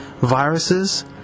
Viruses